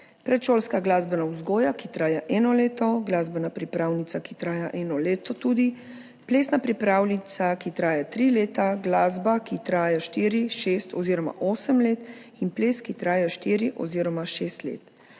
predšolska glasbena vzgoja, ki traja eno leto, glasbena pripravnica, ki tudi traja eno leto, plesna pripravnica, ki traja tri leta, glasba, ki traja štiri, šest oziroma osem let, in ples, ki traja štiri oziroma šest let.